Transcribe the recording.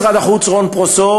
מנכ"ל משרד החוץ רון פרושאור,